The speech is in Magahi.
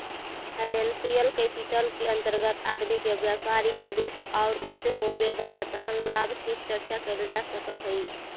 फाइनेंसियल कैपिटल के अंतर्गत आदमी के व्यापारिक निवेश औउर उसे होवे वाला धन लाभ के चर्चा कैल जा सकऽ हई